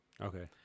Okay